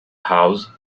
house